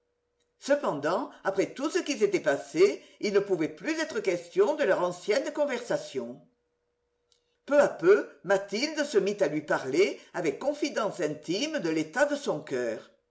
cependant après tout ce qui s'était passé il ne pouvait plus être question de leur ancienne conversation peu à peu mathilde se mit à lui parler avec confidence intime de l'état de son coeur